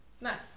Nice